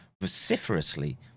vociferously